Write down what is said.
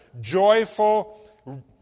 joyful